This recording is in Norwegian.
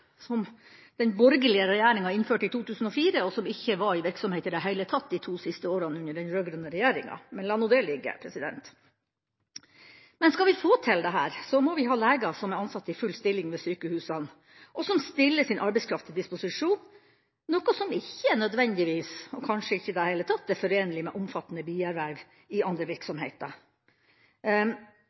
som den borgerlige regjeringa innførte i 2004, og som ikke var i virksomhet i det hele tatt de to siste årene under den rød-grønne regjeringa – men la nå det ligge. Skal vi få til dette, må vi ha leger som er ansatt i full stilling ved sykehusene og som stiller sin arbeidskraft til disposisjon, noe som ikke nødvendigvis, kanskje ikke i det hele tatt, er forenelig med omfattende bierverv i andre virksomheter.